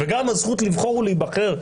גם הזכות לבחור ולהיבחר,